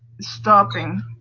stopping